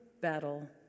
battle